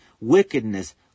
wickedness